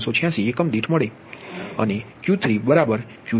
386 તેથી એકમ દીઠ 1